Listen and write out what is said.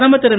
பிரதமர் திரு